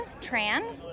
Tran